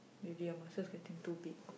really your muscles getting too big